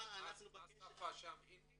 מה השפה שם, הינדית?